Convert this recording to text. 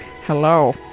Hello